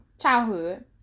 childhood